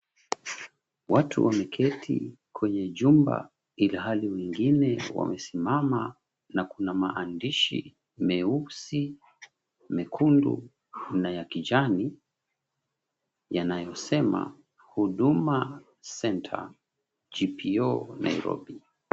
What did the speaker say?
Watu wameketi kwenye jumba ila hali wengine wamesimama na kuna maandishi meusi mekundu na ya kijani yanayosema, "Huduma Centre, GPO, Nairobi".